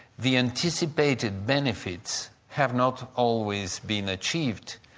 the anticipated benefits have not always been achieved,